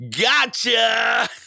gotcha